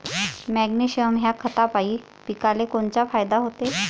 Magnesium ह्या खतापायी पिकाले कोनचा फायदा होते?